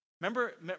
Remember